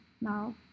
now